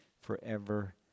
forever